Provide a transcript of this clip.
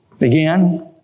Again